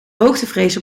hoogtevrees